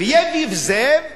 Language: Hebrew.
וקבוצת חוטובלי,